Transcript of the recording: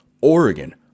Oregon